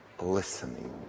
listening